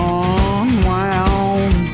unwound